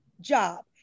job